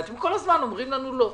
ואתם כל הזמן אומרים לנו: לא.